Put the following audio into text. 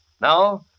Now